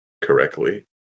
correctly